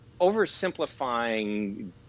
oversimplifying